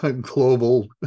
Global